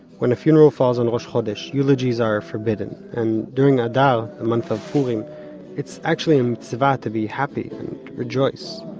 when a funeral falls on rosh chodesh, eulogies are forbidden. and during adar the month of purim it's actually a mitzvah to be happy and rejoice.